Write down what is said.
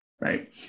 right